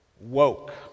woke